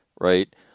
right